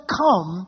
come